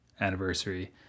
anniversary